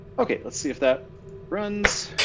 okay, let's see if that runs.